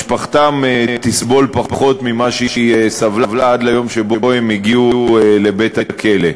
משפחתם תסבול פחות ממה שהיא סבלה עד היום שבו הם הגיעו לבית-הכלא.